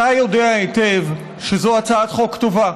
אתה יודע היטב שזו הצעת חוק טובה.